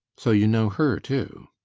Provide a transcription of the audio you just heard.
so you know her, too?